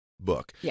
book